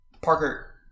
Parker